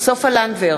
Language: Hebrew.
סופה לנדבר,